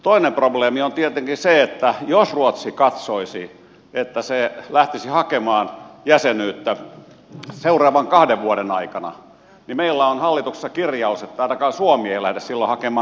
toinen probleemi on tietenkin se että jos ruotsi katsoisi että se lähtisi hakemaan jäsenyyttä seuraavan kahden vuoden aikana niin meillä on hallituksessa kirjaus että ainakaan suomi ei lähde silloin hakemaan